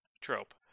trope